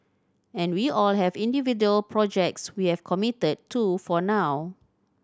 and we all have individual projects we have committed to for now